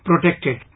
protected